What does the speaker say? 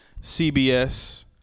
CBS